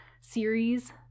series